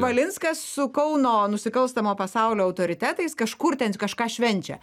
valinskas su kauno nusikalstamo pasaulio autoritetais kažkur ten kažką švenčia